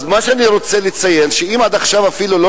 מה שאני רוצה לציין: עד עכשיו אפילו לא